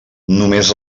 només